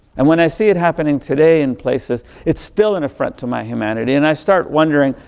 and when i see it happening today in places, it's still an affront to my humanity and i start wondering,